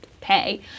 pay